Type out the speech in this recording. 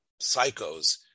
psychos